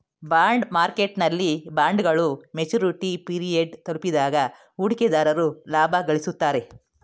bond ಮಾರ್ಕೆಟ್ನಲ್ಲಿ ಬಾಂಡ್ಗಳು maturity period ತಲುಪಿದಾಗ ಹೂಡಿಕೆದಾರರು ಲಾಭ ಗಳಿಸುತ್ತಾರೆ